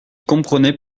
comprenait